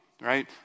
right